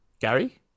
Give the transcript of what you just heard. Gary